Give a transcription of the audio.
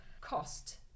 cost